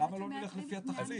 למה לא נלך לפי התכלית?